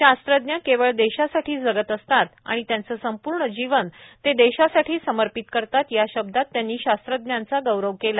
शास्रज्ञ केवळ देशासाठी जगत असतात आणि त्यांचे संपूर्ण जीवन ते देशासाठी समर्पित करतातए या शब्दात त्यांनी शास्रज्ञांचा गौरव केला